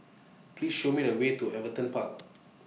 Please Show Me The Way to Everton Park